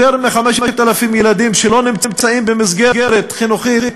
יותר מ-5,000 ילדים, שלא נמצאים במסגרת חינוכית,